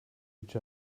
each